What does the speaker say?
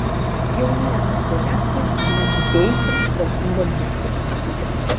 jau niekas doneckui nesuteikia tvarkingo miesto įspūdžio